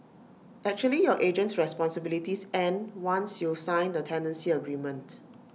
actually your agent's responsibilities end once you sign the tenancy agreement